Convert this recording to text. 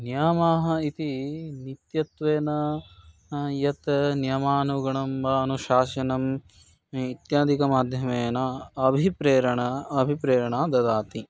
नियमाः इति नित्यत्वेन यत् नियमानुगणं वा अनुशासनम् इत्यादिकमाध्यमेन अभिप्रेरणा अभिप्रेरणा ददाति